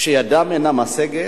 שידם אינה משגת,